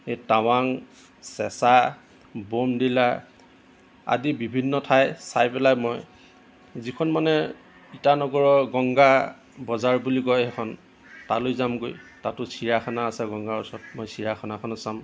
এই টাৱাং চেচা ব'মডিলা আদি বিভিন্ন ঠাই চাই পেলাই মই যিখন মানে ইটানগৰৰ গংগাবজাৰ বুলি কয় সেইখন তালৈ যামগৈ তাতো চিৰিয়াখানা আছে গংগাৰ ওচৰত মই চিৰিয়াখানাখনো চাম